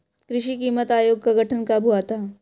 कृषि कीमत आयोग का गठन कब हुआ था?